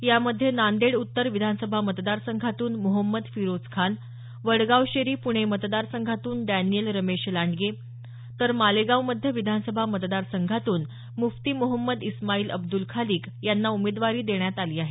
यामध्ये नांदेड उत्तर विधानसभा मतदारसंघातून मोहम्मद फिरोज खान वडगावशेरी पुणे मतदारसंघातून डॅनियल रमेश लांडगे तर मालेगाव मध्य विधानसभा मतदारसंघातून मुफ्ती मोहम्मद इस्माइल अब्दुल खालिक यांना उमेदवारी देण्यात आली आहे